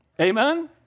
Amen